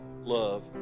love